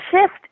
shift